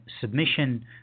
submission